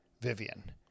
Vivian